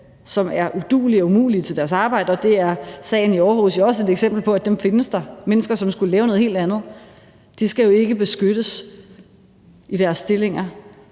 som er uduelige og umulige til deres arbejde, og de er sagen i Aarhus jo også et eksempel på findes – mennesker, som skulle lave noget helt andet. De skal jo ikke beskyttes i deres stillinger,